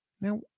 Now